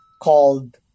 called